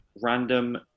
random